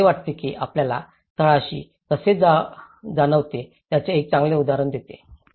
मला असे वाटते की हे आपल्याला तळाशी कसे जाणवते याचे एक चांगले उदाहरण देते